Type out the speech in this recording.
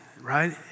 right